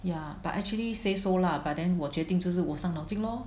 ya but actually say so lah but then 我决定就是我伤脑筋 lor